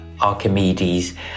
Archimedes